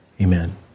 Amen